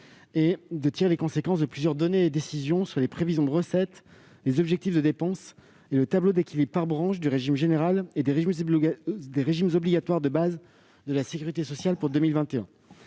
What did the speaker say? à tirer les conséquences de plusieurs données ou décisions relatives aux prévisions de recettes, aux objectifs de dépenses et au tableau d'équilibre par branche du régime général et des régimes obligatoires de base de la sécurité sociale pour 2021.